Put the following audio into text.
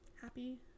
Happy